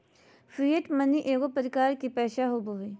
fiat money एगो प्रकार के पैसा होबो हइ